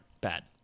Bad